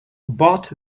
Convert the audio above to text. bought